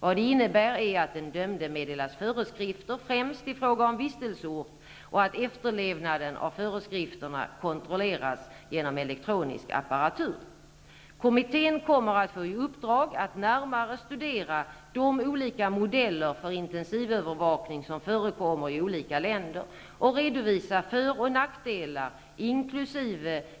Vad det innebär är att den dömde meddelas föreskrifter, främst i fråga om vistelseort, och att efterlevnaden av föreskrifterna kontrolleras genom elektronisk apparatur. Kommittén kommer att få i uppdrag att närmare studera de olika modeller för intensivövervakning som förekommer i olika länder och redovisa föroch nackdelar, inkl.